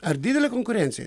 ar didelė konkurencija